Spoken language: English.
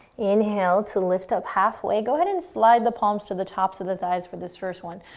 inhale to lift up halfway. go ahead and slide the palms to the tops of the thighs for this first one,